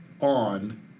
on